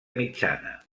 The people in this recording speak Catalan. mitjana